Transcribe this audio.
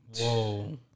Whoa